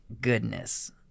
Goodness